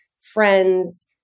friends